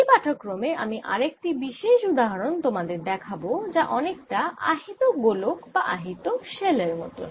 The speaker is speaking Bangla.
এই পাঠক্রমেআমি আরেকটি বিশেষ উদাহরণ তোমাদের দেখাব যা অনেকটা আহিত গোলক বা আহিত শেল এর মতন